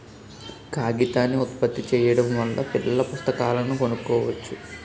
కాగితాన్ని ఉత్పత్తి చేయడం వల్ల పిల్లల పుస్తకాలను కొనుక్కోవచ్చు